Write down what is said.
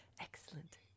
excellent